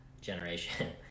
generation